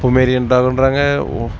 Pomeranian டாக்குகிறாங்க